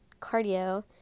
cardio